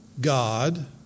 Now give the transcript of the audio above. God